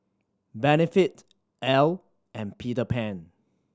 Benefit Elle and Peter Pan